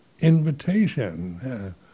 invitation